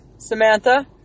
Samantha